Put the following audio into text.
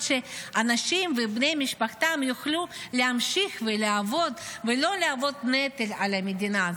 שאנשים ובני משפחתם יוכלו להמשיך ולעבוד ולא להוות נטל על המדינה.